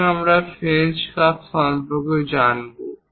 এখন আমরা French curve সম্পর্কে জানব